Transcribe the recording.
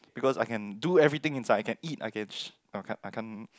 because I can do everything inside I can eat I can sh~ I can't I can't